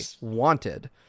wanted